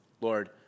Lord